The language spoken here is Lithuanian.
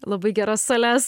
labai geras sales